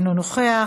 אינו נוכח,